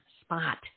spot